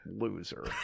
loser